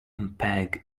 mpeg